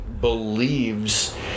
believes